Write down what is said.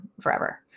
forever